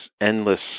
endless